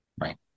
right